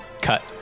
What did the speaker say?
cut